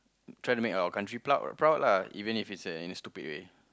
try to make our country proud proud lah even if its a in a stupid way